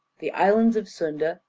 the islands of sunda,